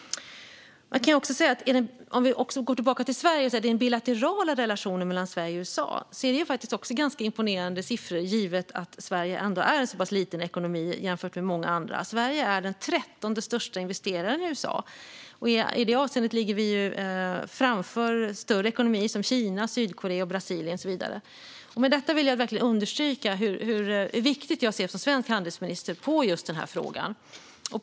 Om vi går tillbaka till Sverige och den bilaterala relationen mellan Sverige och USA är siffrorna också faktiskt ganska imponerande, givet att Sverige ändå är en så pass liten ekonomi jämfört med många andra. Sverige är den 13:e största investeraren i USA. I det avseendet ligger vi framför större ekonomier som Kina, Sydkorea, Brasilien med flera. Med detta vill jag verkligen understryka hur viktig jag som svensk handelsminister anser att denna fråga är.